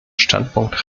standpunkt